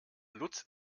lutz